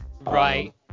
right